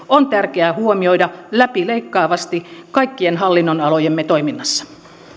on tärkeää huomioida läpileikkaavasti kaikkien hallinnonalojemme toiminnassa